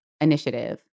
initiative